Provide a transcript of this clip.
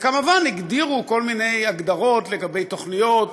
וכמובן הגדירו כל מיני הגדרות לגבי תוכניות,